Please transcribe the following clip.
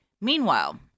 Meanwhile